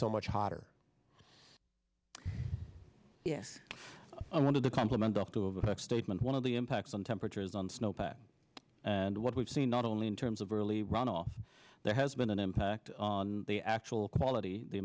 so much hotter yeah i want to compliment up to a statement one of the impacts on temperatures on snow pack and what we've seen not only in terms of early runoff there has been an impact on the actual quality the